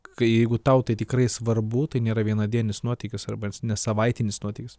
kai jeigu tau tai tikrai svarbu tai nėra vienadienis nuotykis arba ne savaitinis nuotykis